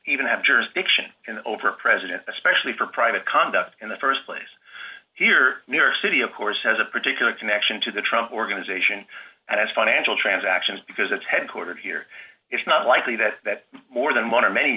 even have jurisdiction over president especially for private conduct in the st place here in new york city of course has a particular connection to the trump organization as financial transactions because it's headquartered here it's not likely that that more than one or many